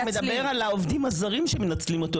הוא מדבר על העובדים הזרים שהם מנצלים אותו,